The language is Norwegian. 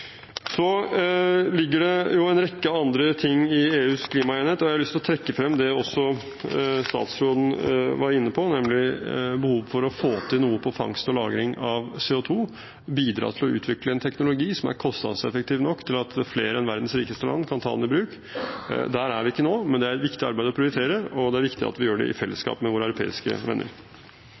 Så ligger det jo en rekke andre ting i EUs klimaenighet. Jeg har lyst til å trekke frem det også statsråden var inne på, nemlig behovet for å få til noe når det gjelder fangst og lagring av CO2 – bidra til å utvikle en teknologi som er kostnadseffektiv nok til at flere enn verdens rikeste land kan ta den i bruk. Der er vi ikke nå, men det er et viktig arbeid å prioritere, og det er viktig at vi gjør det i fellesskap med våre europeiske venner.